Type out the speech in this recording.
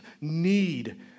need